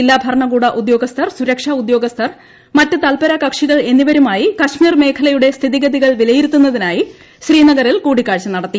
ജില്ലാ ഭരണകൂട ഉദ്യോഗസ്ഥർ സുരക്ഷാ ഉദ്യോഗസ്ഥർ മറ്റ് തൽപ്പരകക്ഷികൾ എന്നിവരുമായി കശ്മീർ മേഖലയുടെ സ്ഥിതിഗതികൾ വിലയിരുത്തുന്നതിനായി ശ്രീനഗറിൽ കൂടിക്കാഴ്ച നടത്തി